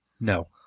No